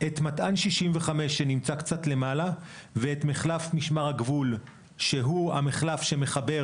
את 265 שנמצא קצת למעלה ואת מחלף משמר הגבול שהוא המחלף שמחבר